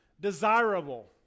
desirable